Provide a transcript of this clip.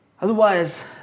Otherwise